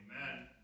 Amen